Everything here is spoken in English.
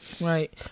right